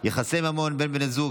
יחסי ממון בין בני זוג,